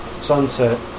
sunset